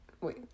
wait